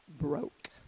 broke